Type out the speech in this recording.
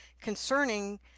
concerning